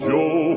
Joe